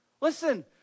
Listen